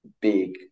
big